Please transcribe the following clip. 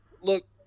look